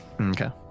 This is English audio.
Okay